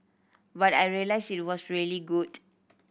but I realised it was really good